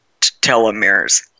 telomeres